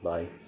Bye